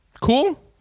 Cool